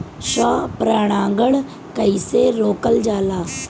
स्व परागण कइसे रोकल जाला?